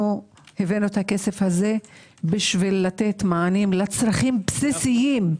הבאנו את הכסף הזה כדי לתת מענים לצרכים בסיסיים,